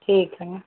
ठीक है